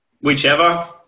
Whichever